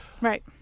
Right